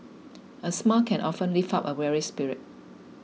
a smile can often lift up a weary spirit